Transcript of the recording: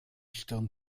stirn